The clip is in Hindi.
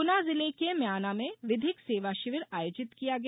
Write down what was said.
गुना जिले के म्याना में विधिक सेवा शिविर आयोजित किया गया